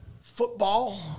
football